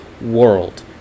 world